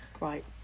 Right